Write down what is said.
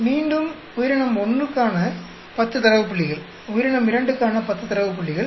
மீண்டும் உயிரினம் 1 க்கான 10 தரவு புள்ளிகள் உயிரினம் 2 க்கான 10 தரவு புள்ளிகள்